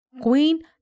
queen